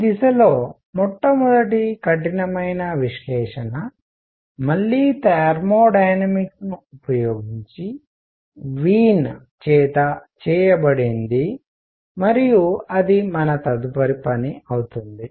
ఈ దిశలో మొట్టమొదటి కఠినమైన విశ్లేషణ మళ్ళీ థర్మోడైనమిక్స్ ను ఉపయోగించి వీన్ చేత చేయబడినది మరియు అది మన తదుపరి పని అవుతుంది